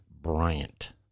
Bryant